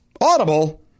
audible